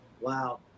Wow